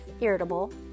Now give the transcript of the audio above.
irritable